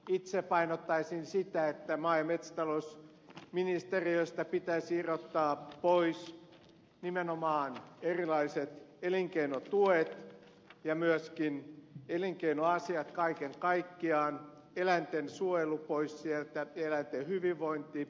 itse painottaisin sitä että maa ja metsätalousministeriöstä pitäisi irrottaa pois nimenomaan erilaiset elinkeinotuet ja myöskin elinkeinoasiat kaiken kaikkiaan eläinten suojelu pois sieltä eläinten hyvinvointi